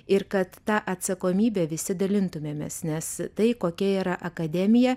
ir kad ta atsakomybe visi dalintumėmės nes tai kokia yra akademija